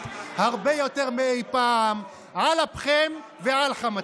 הרבה יותר מאי פעם על אפכם ועל חמתכם.